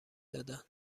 دادن